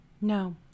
No